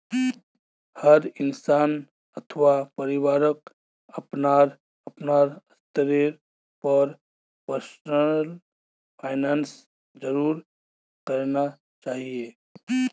हर इंसान अथवा परिवारक अपनार अपनार स्तरेर पर पर्सनल फाइनैन्स जरूर करना चाहिए